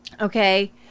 Okay